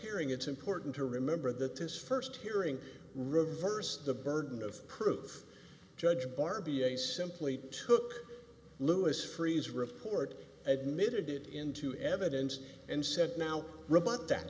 hearing it's important to remember that this first hearing reversed the burden of proof judge bar b a simply took lewis freeze report admitted into evidence and said now robot that